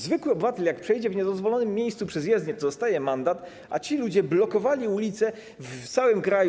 Zwykły obywatel, jak przejdzie w niedozwolonym miejscu przez jezdnię, to dostaje mandat, a ci ludzie blokowali ulice w całym kraju.